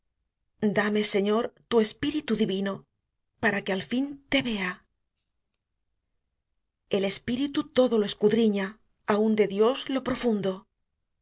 dame señor tu espíritu divino para que al fin te vea el espíritu todo lo escudriña aun de dios lo profundo